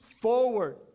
forward